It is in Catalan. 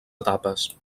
etapes